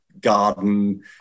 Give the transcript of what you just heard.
garden